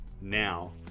now